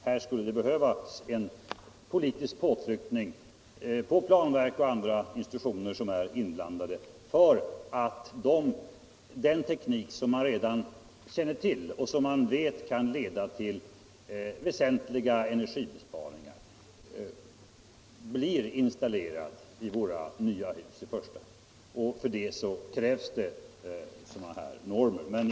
Det skulle behövas en politisk påtryckning på planverket och på andra institutioner som är inblandade i handläggningen av dessa ärenden, så att den teknik som man redan känner till och som man vet kan leda till väsentliga energibesparingar blir installerad, i första hand i de nyuppförda husen, För detta krävs det sådana normer som jag efterlyser.